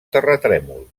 terratrèmol